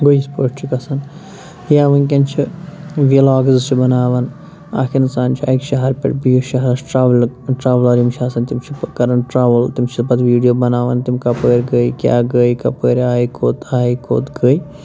گوٚو یِتھ پٲٹھۍ چھِ گژھان یا وٕنۍکٮ۪ن چھِ وِلاگٕز چھِ بناوان اَکھ اِنسان چھِ اَکہِ شہر پٮ۪ٹھ بیٚیِس شہرَس ٹرٛیولہٕ ٹرٛیولَر یِم چھِ آسان تِم چھِ کران ٹرٛاوٕل تِم چھِ پتہٕ ویٖڈیو بناوان تِم کَپٲرۍ گٔے کیٛاہ گٔے کَپٲرۍ آیہِ کوٚت آیہِ کوٚت گٔے